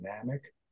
dynamic